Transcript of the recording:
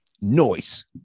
noise